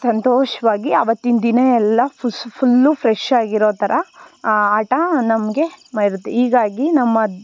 ಸಂತೋಷವಾಗಿ ಅವತ್ತಿನ ದಿನ ಎಲ್ಲ ಫುಸ್ಸು ಫುಲ್ಲು ಫ್ರೆಶ್ಶಾಗಿರೋ ಥರ ಆ ಆಟ ನಮಗೆ ಬರುತ್ತೆ ಹೀಗಾಗಿ ನಮ್ಮ